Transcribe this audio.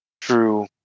true